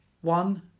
One